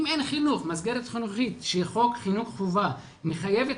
אם אין מסגרת חינוכית שחוק חינוך חובה מחייב את